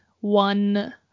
one